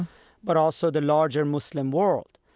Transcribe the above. but also the larger muslim world.